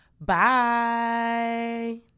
bye